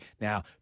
Now